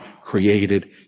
created